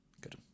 Good